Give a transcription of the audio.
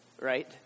right